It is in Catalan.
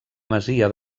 masia